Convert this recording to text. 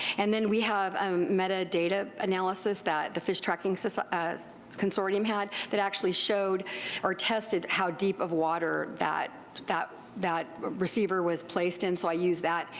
and then we have um metadata analysis that the fish tracking so so consortium had that actually showedo or tested how deep of water that that that receiver was placed in, so i used that.